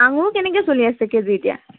আঙুৰ কেনেকে চলি আছে কেজি এতিয়া